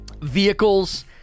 vehicles